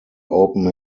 open